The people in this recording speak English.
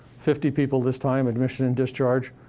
fifty people this time, admission and discharge.